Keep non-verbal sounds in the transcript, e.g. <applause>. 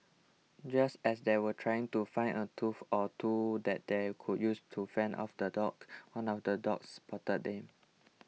just as they were trying to find a tool <noise> or two that they could use to fend off the dogs one of the dogs spotted them